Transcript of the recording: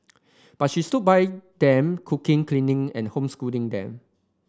but she stood by them cooking cleaning and homeschooling them